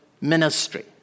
ministry